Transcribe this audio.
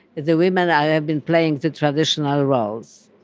the women ah have been playing the traditional roles.